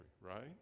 right